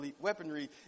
weaponry